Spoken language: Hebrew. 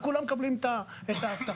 כולם מקבלים את האבטחה.